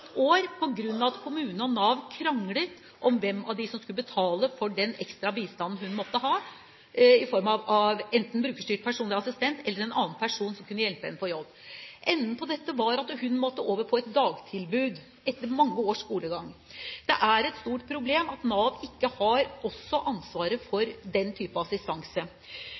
år på grunn av at kommunen og Nav kranglet om hvem av dem som skulle betale for den ekstra bistanden hun måtte ha i form av enten brukerstyrt personlig assistent eller en annen person som kunne hjelpe henne på jobb. Enden på dette var at hun måtte over på et dagtilbud, etter mange års skolegang. Det er et stort problem at Nav ikke også har ansvaret for den type assistanse.